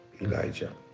elijah